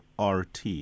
RT